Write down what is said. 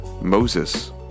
moses